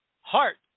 Heart